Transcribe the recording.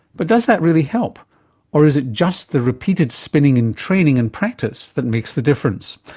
but does that really help or is it just the repeated spinning in training and practise that makes the difference?